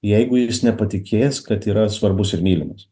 jeigu jis nepatikės kad yra svarbus ir mylimas